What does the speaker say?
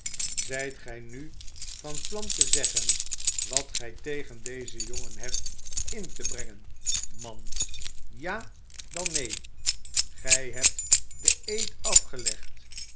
zijt gij nu van plan te zeggen wat gij tegen dezen jongen hebt in te brengen man ja dan neen gij hebt den eed afgelegd